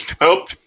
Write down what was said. help